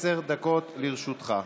עשר דקות לרשותך.